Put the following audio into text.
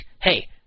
hey